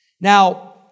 Now